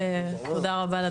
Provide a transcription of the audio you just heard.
תודה רבה על הדברים.